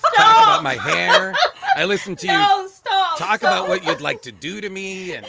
um i i listen to you know so talk about what you'd like to do to me. and